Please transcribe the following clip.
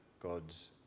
God's